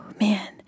Man